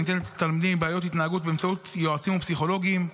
הניתנת לתלמידים עם בעיות התנהגות באמצעות יועצים ופסיכולוגים.